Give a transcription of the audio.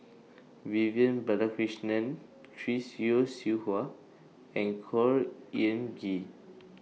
Vivian Balakrishnan Chris Yeo Siew Hua and Khor Ean Ghee